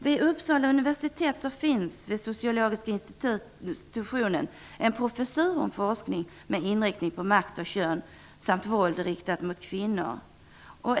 Vid Uppsala universitet finns vid sociologiska institutionen en professur om forskning med inriktning på makt och kön samt våld riktat mot kvinnor.